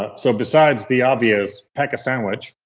so besides the obvious pack a sandwich,